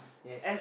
yes